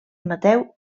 mateu